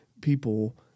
people